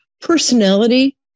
personality